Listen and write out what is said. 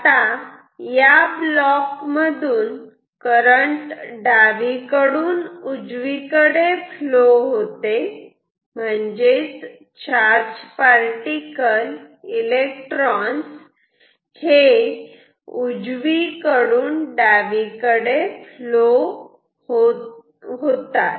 आता या ब्लॉक मधून करंट डावीकडून उजवीकडे फ्लो होते म्हणजेच चार्ज पार्टिकल इलेक्ट्रॉन्स हे उजवीकडून डावीकडे फ्लो होतात